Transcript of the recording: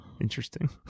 Interesting